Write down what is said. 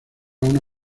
una